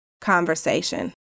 conversation